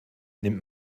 nimmt